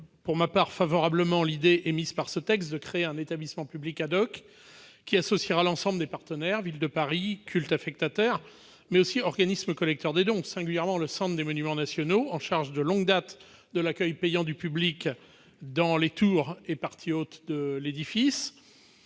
pour ma part favorablement l'idée émise par ce texte de créer un établissement public, qui associera l'ensemble des partenaires : Ville de Paris, culte affectataire, mais aussi organismes collecteurs des dons, singulièrement le Centre des monuments nationaux, en charge de longue date de l'accueil payant du public dans les tours et parties hautes de la